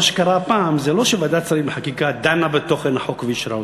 מה שקרה הפעם זה לא שוועדת השרים לחקיקה דנה בתוכן החוק ואישרה אותו.